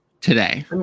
today